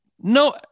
no